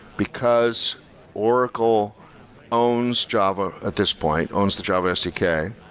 because oracle owns java at this point, owns the java sdk.